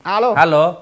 Hello